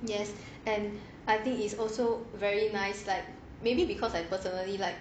yes and I think is also very nice like maybe because I personally like